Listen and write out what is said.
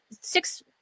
Six